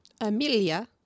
Amelia